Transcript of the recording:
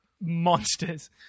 monsters